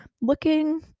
looking